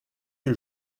que